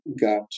got